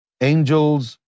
angels